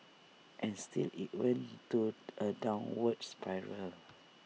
and still IT went to A downward spiral